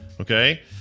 Okay